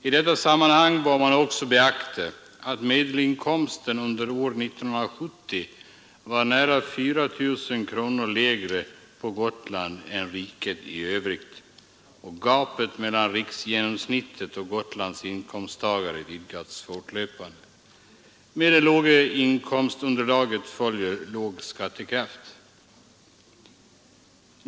I detta sammanhang bör man också beakta att medelinkomsten under år 1970 var nära 4 000 kronor lägre på Gotland än i riket i övrigt, och gapet mellan riksgenomsnittet och Gotlands inkomsttagare vidgas fortlöpande. Med det låga inkomstunderlaget följer låg skattekraft.